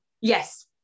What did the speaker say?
Yes